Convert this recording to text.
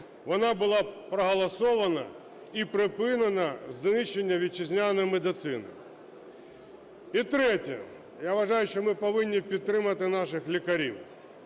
вона була проголосована і припинено знищення вітчизняної медицини. І третє. Я вважаю, що ми повинні підтримати наших лікарів,